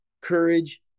courage